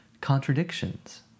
contradictions